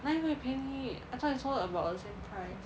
哪里会便宜 I thought I saw about the same price